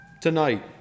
tonight